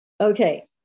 Okay